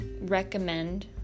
recommend